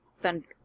Thunder